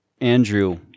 Andrew